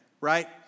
right